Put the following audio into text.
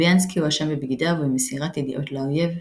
טוביאנסקי הואשם בבגידה ובמסירת ידיעות לאויב,